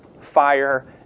fire